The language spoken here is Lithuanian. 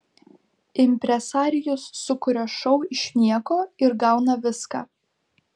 impresarijus sukuria šou iš nieko ir gauna viską